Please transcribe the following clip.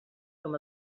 com